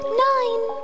nine